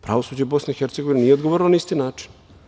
Pravosuđe BiH nije odgovorilo na isti način.